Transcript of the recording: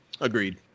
Agreed